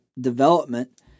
development